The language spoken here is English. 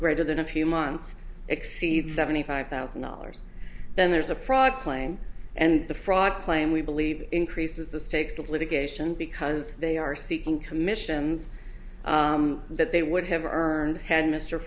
greater than a few months exceed seventy five thousand dollars then there's a fraud claim and the fraud claim we believe increases the stakes of litigation because they are seeking commissions that they would have earned had